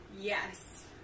Yes